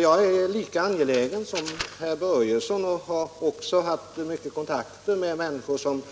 Jag har också haft många kontakter med människor som